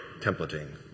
templating